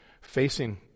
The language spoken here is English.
facing